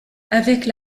avec